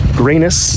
grayness